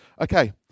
Okay